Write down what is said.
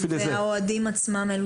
והאוהדים עצמם?